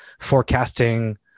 forecasting